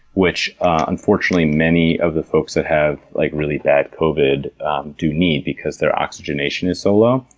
which unfortunately many of the folks that have like really bad covid do need because their oxygenation is so low.